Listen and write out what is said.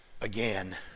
again